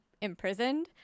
imprisoned